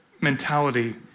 mentality